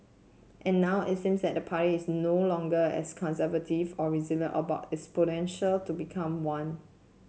and now it seems that the party is no longer as conservative or about its potential to become one